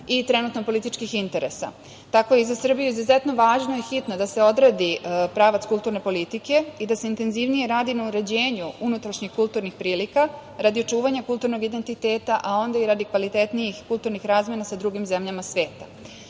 i trenutno političkih interesa. Tako je za Srbiju izuzetno važno i hitno da se odredi pravac kulturne politike i da se intenzivnije radi na uređenju unutrašnjih kulturnih politika radi očuvanja kulturnog identiteta, a onda i radi kvalitetnijih kulturnih razmena sa drugim zemljama sveta. Moramo